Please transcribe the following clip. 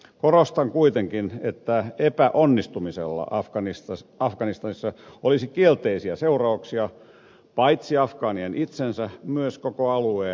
korostan kuitenkin että epäonnistumisella afganistanissa olisi kielteisiä seurauksia paitsi afgaanien itsensä myös koko alueen kannalta